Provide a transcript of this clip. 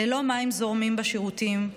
ללא מים זורמים בשירותים,